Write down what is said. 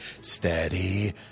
steady